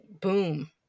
boom